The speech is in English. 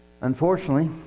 Unfortunately